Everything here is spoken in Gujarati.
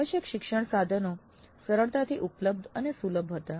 આવશ્યક શિક્ષણ સંસાધનો સરળતાથી ઉપલબ્ધ અને સુલભ હતા